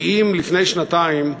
כי אם לפני שנתיים אלפים,